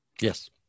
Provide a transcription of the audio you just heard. Yes